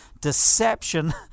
deception